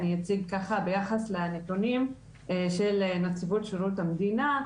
אני אציג ביחס לנתונים של נציבות שירות המדינה,